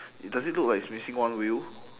does it look like it's missing one wheel